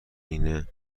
اینه